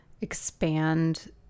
expand